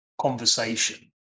conversation